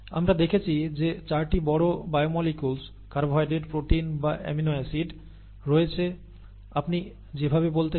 আমরা দেখেছি যে 4 টি বড় বায়োমোলিকুলস কার্বোহাইড্রেট প্রোটিন বা অ্যামিনো অ্যাসিড রয়েছে আপনি যেভাবে বলতে চান